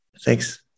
Thanks